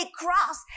cross